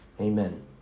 Amen